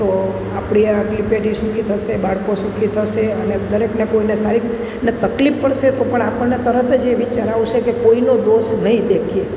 તો આપણી આગલી પેઢી સુખી થશે બાળકો સુખી થશે અને દરેકને કોઈને શારીરિક અને તકલીફ પળશે તો પણ આપણને તરત જ એ વિચાર આવશે કે કોઈનો દોષ નહીં દેખીએ